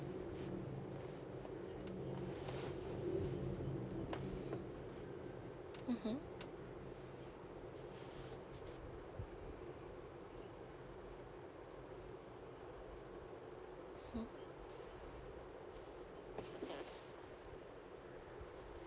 mmhmm hmm